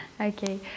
Okay